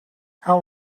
how